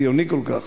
ציוני כל כך,